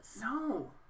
No